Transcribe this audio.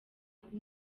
kuba